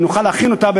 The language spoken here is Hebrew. שנוכל להכין אותה,